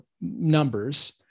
numbers